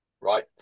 right